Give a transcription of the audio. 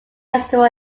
festival